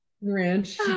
Ranch